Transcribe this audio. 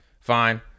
fine